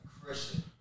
Christian